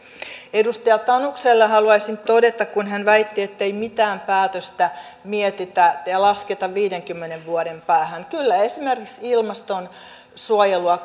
edustaja tanukselle haluaisin todeta kun hän väitti ettei mitään päätöstä mietitä ja lasketa viidenkymmenen vuoden päähän että kyllä esimerkiksi ilmastonsuojelua